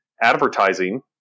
advertising